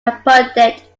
abundant